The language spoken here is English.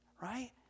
right